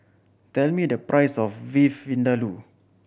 tell me the price of Beef Vindaloo